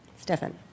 Stefan